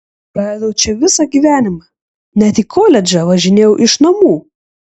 praleidau čia visą gyvenimą net į koledžą važinėjau iš namų